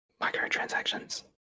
Microtransactions